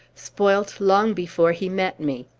spoilt long before he met me.